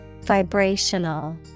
Vibrational